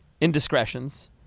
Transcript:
indiscretions